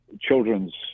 children's